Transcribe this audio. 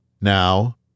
Now